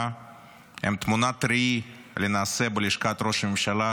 הן תמונת ראי לנעשה בלשכת ראש הממשלה,